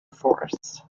forests